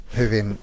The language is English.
hyvin